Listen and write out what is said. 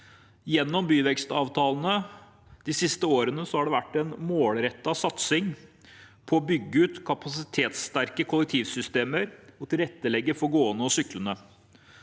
Gjennom byvekstavtalene har det de siste årene vært en målrettet satsing på å bygge ut kapasitetssterke kollektivsystemer og tilrettelegge for gående og syklende.